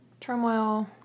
turmoil